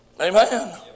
amen